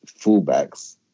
fullbacks